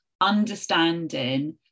understanding